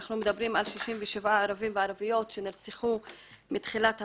אנחנו מדברים על 67 ערבים וערביות שנרצחו מתחילת השנה.